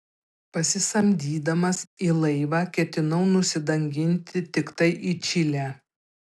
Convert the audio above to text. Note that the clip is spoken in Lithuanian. pasisamdydamas į laivą ketinau nusidanginti tiktai į čilę